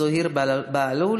זוהיר בהלול,